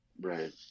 Right